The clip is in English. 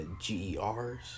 G-E-R's